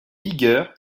vigueur